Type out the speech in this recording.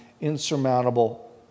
insurmountable